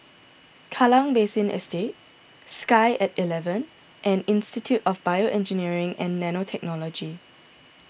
Kallang Basin Estate Sky at eleven and Institute of BioEngineering and Nanotechnology